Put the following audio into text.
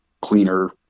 cleaner